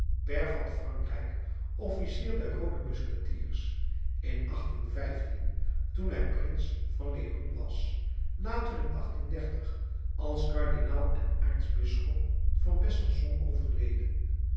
pair van frankrijk officier der roode musketiers in toen hij prins van léon was later in als kardinaal en aartsbisschop van besançon overleden